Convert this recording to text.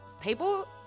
people